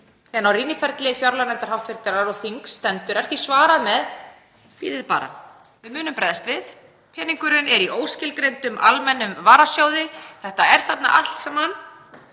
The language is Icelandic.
meðan á vinnuferli hv. fjárlaganefndar og þings stendur er því svarað með: Bíðið bara. Við munum bregðast við, peningurinn er í óskilgreindum almennum varasjóði. Þetta er þarna allt saman.